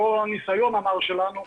לאור הניסיון המר שלנו,